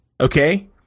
Okay